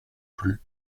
plut